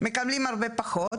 מקבלים הרבה פחות.